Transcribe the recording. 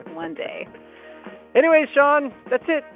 one day anyway, sean, that's it.